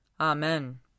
Amen